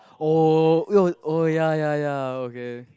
oh oh oh ya ya ya okay